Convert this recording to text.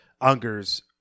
Unger's